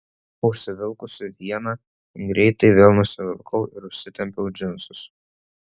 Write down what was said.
užsivilkusi vieną greitai vėl nusivilkau ir užsitempiau džinsus